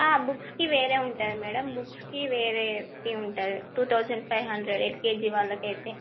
ఆ బుక్స్కి వేరే ఉంటాయి మేడం బుక్స్కి వేరే ఫీ ఉంటుంది two thousand five hundred LKG వాళ్ళకి అయితే